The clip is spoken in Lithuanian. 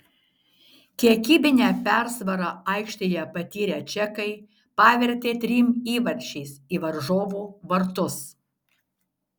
kiekybinę persvarą aikštėje patyrę čekai pavertė trim įvarčiais į varžovų vartus